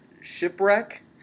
shipwreck